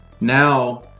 Now